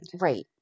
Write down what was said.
Right